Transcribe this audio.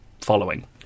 following